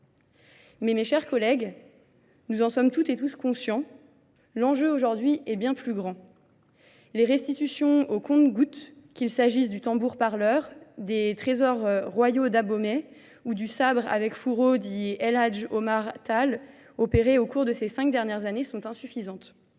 Mais mes chers collègues, nous en sommes toutes et tous conscients, l'enjeu aujourd'hui est bien plus grand. Les restitutions aux comptes-gouttes, qu'il s'agisse du tambour-parleur, des trésors royaux d'Abomé ou du sabre avec fourreau, dit Eladj Omar Thal, opéré au cours de ces cinq dernières années, sont insuffisantes.